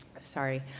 sorry